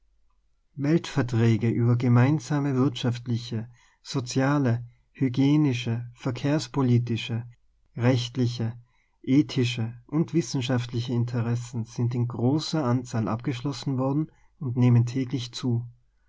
wirksamkeit weltverträge über gemeinsame wirtschaftliche soziale hygienische ver kehrspolitische rechtliche ethische und wissenschaft liehe interessen sind in großer anzahl abgeschlossen worden und nehmen täglich zu